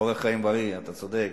אורח חיים בריא, אתה צודק,